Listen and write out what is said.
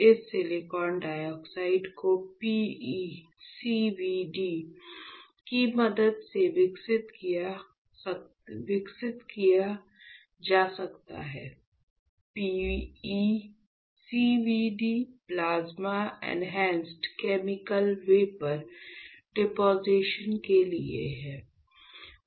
इस silicon dioxide को PECVD की मदद से विकसित कर सकते हैं PECVD plasma enhanced chemical vapour deposition के लिए है